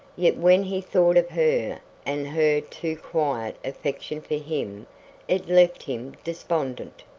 yet when he thought of her and her too quiet affection for him it left him despondent.